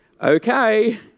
okay